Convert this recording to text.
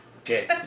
okay